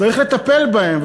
צריך לטפל בהם,